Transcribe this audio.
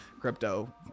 crypto